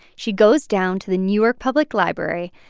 she goes down to the new york public library.